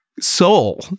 soul